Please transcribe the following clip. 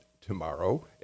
Tomorrow